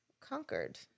conquered